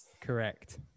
Correct